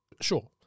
Sure